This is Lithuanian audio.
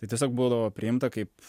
tai tiesiog būdavo priimta kaip